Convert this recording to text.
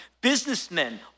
businessmen